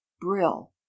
Brill